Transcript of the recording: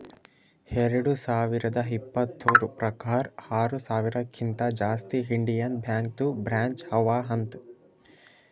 ಎರಡು ಸಾವಿರದ ಇಪ್ಪತುರ್ ಪ್ರಕಾರ್ ಆರ ಸಾವಿರಕಿಂತಾ ಜಾಸ್ತಿ ಇಂಡಿಯನ್ ಬ್ಯಾಂಕ್ದು ಬ್ರ್ಯಾಂಚ್ ಅವಾ ಅಂತ್